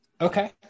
Okay